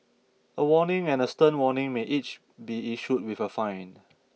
a warning and a stern warning may each be issued with a fine